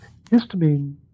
histamine